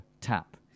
tap